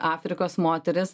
afrikos moterys